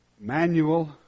Manual